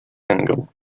angle